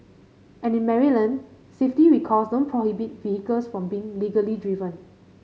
and in Maryland safety recalls don't prohibit vehicles from being legally driven